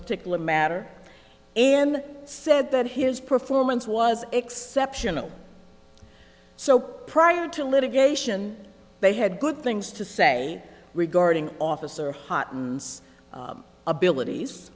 particular matter and said that his performance was exceptional so prior to litigation they had good things to say regarding officer heartens abilities